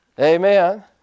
Amen